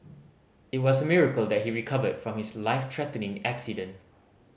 it was a miracle that he recovered from his life threatening accident